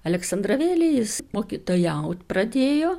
aleksandravėlėj jis mokytojaut pradėjo